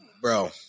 bro